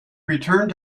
returned